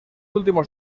últimos